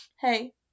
hey